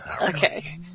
Okay